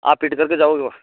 आप फिट करके जाओगे वह